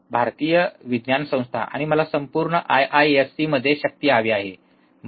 भारतीय विज्ञान संस्था आणि मला संपूर्ण आय आय एस सी मध्ये शक्ती हवी आहे बरोबर